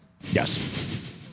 Yes